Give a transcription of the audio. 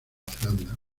zelanda